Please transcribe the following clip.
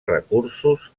recursos